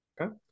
Okay